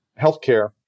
healthcare